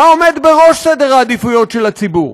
מה עומד בראש סדר העדיפויות של הציבור?